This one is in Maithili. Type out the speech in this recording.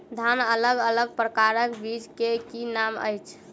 धान अलग अलग प्रकारक बीज केँ की नाम अछि?